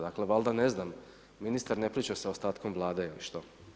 Dakle, valjda ne znam ministar ne priča sa ostatkom Vlade ili što.